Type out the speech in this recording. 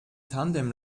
tandem